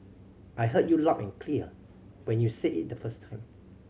I heard you loud and clear when you said it the first time